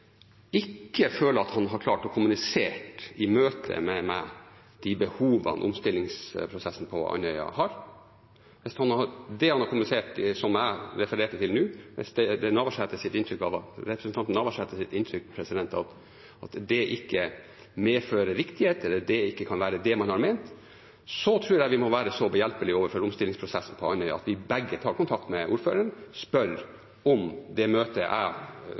ikke føler at han i møte med meg har klart å kommunisere behovene i omstillingsprosessen på Andøya, og hvis det er representanten Navarsetes inntrykk at det han har kommunisert i det som jeg nå refererte til, ikke medfører riktighet, eller det ikke kan være det man har ment, tror jeg vi må være så behjelpelige overfor omstillingsprosessen på Andøya at vi begge tar kontakt med ordføreren og spør om det møtet jeg hadde med omstillingsstyret og ordføreren, og om vi har feilet så fatalt. Det er